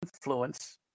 influence